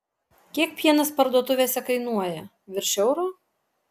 kiek pienas parduotuvėse kainuoja virš euro